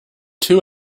two